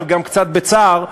אבל גם קצת בצער,